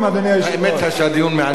האמת שהדיון מעניין,